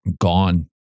gone